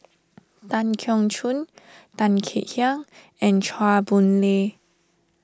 Tan Keong Choon Tan Kek Hiang and Chua Boon Lay